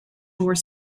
more